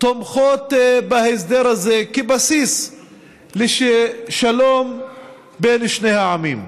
תומכות בהסדר הזה כבסיס לשלום בין שני העמים.